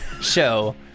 show